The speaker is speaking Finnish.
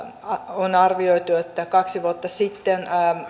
on arvioitu että kaksi vuotta sitten